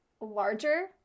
larger